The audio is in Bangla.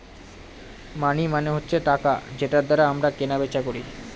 মানি মানে হচ্ছে টাকা যেটার দ্বারা আমরা কেনা বেচা করি